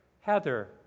Heather